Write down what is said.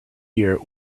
year